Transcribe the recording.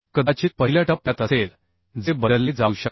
कदाचित पहिल्या टप्प्यात असेल जे बदलले जाऊ शकते